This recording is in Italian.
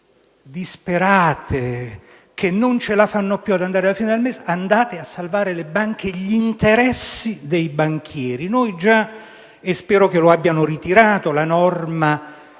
disperate, che non ce la fanno più ad arrivare alla fine del mese, andate a salvare le banche e gli interessi dei banchieri! Spero che sia stata ritirata la norma